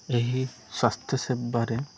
ଏହି ସ୍ୱାସ୍ଥ୍ୟ ସେବାରେ